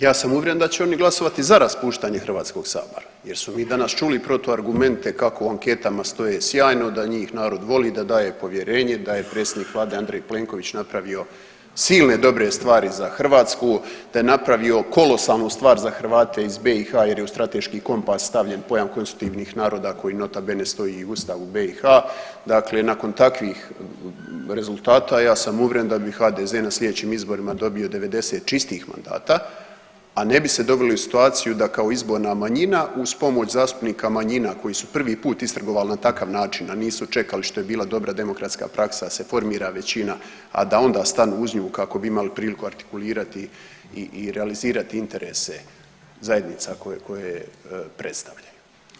Ja sam uvjeren da će oni glasati za raspuštanje HS-a jer smo mi danas čuli protuargumente kako u anketama svoje sjajno, da njih narod voli, da daje povjerenje, da je predsjednik Vlade Andrej Plenković napravio silne dobre stvari za Hrvatsku, da je napravio kolosalnu stvar za Hrvate iz BiH jer je u Strateški kompas stavljen pojam konstitutivnih naroda koji nota bene stoji u Ustavu BiH, dakle nakon takvih rezultata ja sam uvjeren da bi HDZ na sljedećim izborimo dobio 90 čistih mandata, a ne bi se doveli u situaciju da kao izborna manjina uz pomoć zastupnika manjina koji su prvi put istrgovali na takav način, a nisu čekali, što je bila dobra demokratska praksa, da se formira većina, a da onda stanu uz nju kako bi imali priliku artikulirati i realizirati interese zajednice koje predstavljaju.